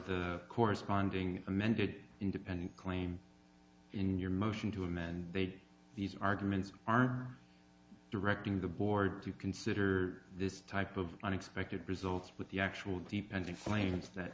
the corresponding amended independent claim in your motion to amend they these arguments are directing the board to consider this type of unexpected results with the actual p pending claims that